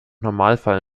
normalfall